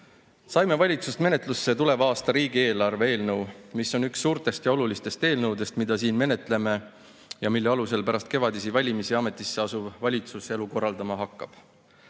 Saime valitsuselt menetlusse tuleva aasta riigieelarve eelnõu, mis on üks suurtest ja olulistest eelnõudest, mida siin menetleme ja mille alusel pärast kevadisi valimisi ametisse astuv valitsus elu korraldama hakkab.